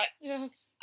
Yes